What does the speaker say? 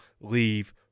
leave